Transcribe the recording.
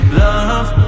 love